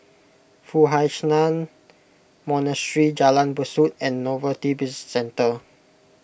Foo Hai Ch'an Monastery Jalan Besut and Novelty Bizcentre